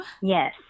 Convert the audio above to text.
Yes